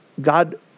God